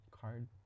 card